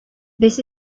this